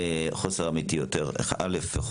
חוסר אמיתי יותר: דבר ראשון,